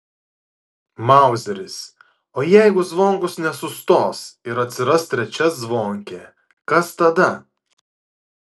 mauzeris o jeigu zvonkus nesustos ir atsiras trečia zvonkė kas tada